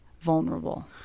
vulnerable